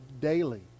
daily